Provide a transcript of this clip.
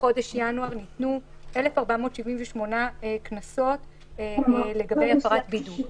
בחודש ינואר ניתנו 1,478 קנסות לגבי הפרת בידוד.